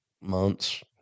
months